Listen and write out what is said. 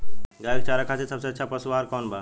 गाय के चारा खातिर सबसे अच्छा पशु आहार कौन बा?